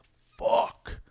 fuck